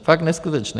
Fakt neskutečné.